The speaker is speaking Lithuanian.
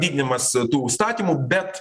vykdymas tų įstatymų bet